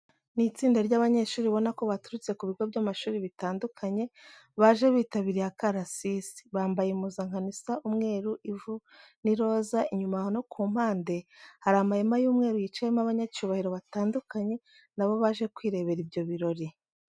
Ni itsinda ry'abanyeshuri ubona ko baturutse ku bigo by'amashuri bitandukanye, baje bitabiriye akarasisi. Bambaye impuzankano isa umweru, ivu n'iroza, inyuma no ku mpande hari amahema y'umweru yicayemo abanyacyubahiro batandukanye na bo baje kwirebera ibyo birori.